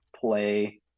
play